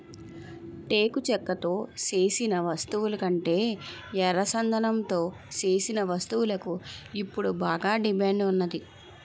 టేకు చెక్కతో సేసిన వస్తువులకంటే ఎర్రచందనంతో సేసిన వస్తువులకు ఇప్పుడు బాగా డిమాండ్ ఉన్నాది